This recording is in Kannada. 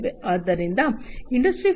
ಆದ್ದರಿಂದ ಇಂಡಸ್ಟ್ರಿ 4